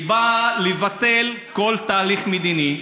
שנועדה לבטל כל תהליך מדיני,